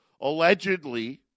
allegedly